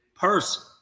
person